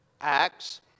Acts